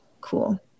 cool